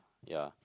yeah